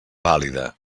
vàlida